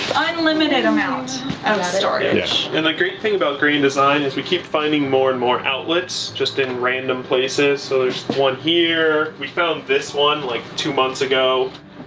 unlimited amount and of storage. and the great thing about grand design is we keep finding more and more outlets, just in random people. so there's one here, we found this one like two months ago.